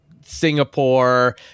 Singapore